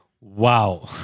Wow